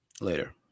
later